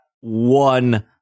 one